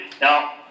Now